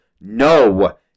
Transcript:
No